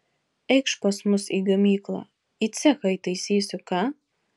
eikš pas mus į gamyklą į cechą įtaisysiu ką